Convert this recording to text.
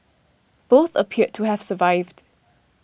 both appeared to have survived